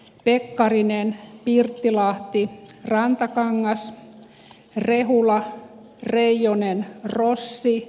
pekkarinen pirttilahti rantakangas rehula ja reijonen pronssi